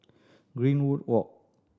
Greenwood Walk